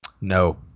no